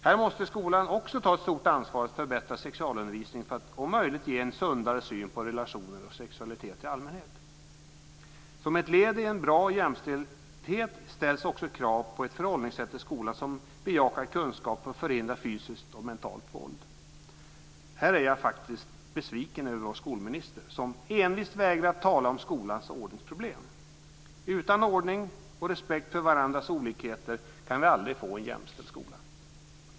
Här måste skolan ta ett stort ansvar för en bättre sexualundervisning för att om möjligt ge en sundare syn på relationer och sexualitet i allmänhet. Som ett led i en bra jämställdhet ställs också krav på ett förhållningssätt i skolan som bejakar kunskap och förhindrar fysiskt och mentalt våld. Här är jag faktiskt besviken över vår skolminister som envist vägrar att tala om skolans ordningsproblem. Utan ordning och respekt för varandras olikheter kan vi aldrig få en jämställd skola.